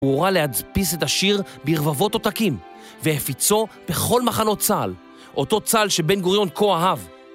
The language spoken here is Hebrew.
הוא הורה להדפיס את השיר ברבבות עותקים, והפיצו בכל מחנות צה"ל, אותו צה"ל שבן גוריון כה אהב